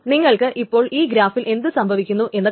നിങ്ങൾക്ക് ഇപ്പോൾ ഈ ഗ്രാഫിൽ എന്തു സംഭവിക്കുന്നു എന്ന് കാണാം